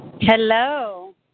hello